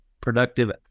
productive